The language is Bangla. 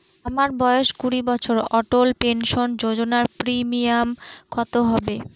আমার বয়স কুড়ি বছর অটল পেনসন যোজনার প্রিমিয়াম কত হবে?